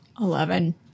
Eleven